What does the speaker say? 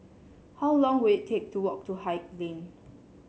how long will it take to walk to Haig Lane